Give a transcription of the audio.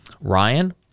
Ryan